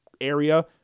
area